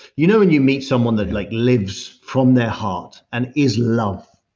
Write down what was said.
you know when you meet someone that like lives from their heart and is love,